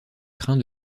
crin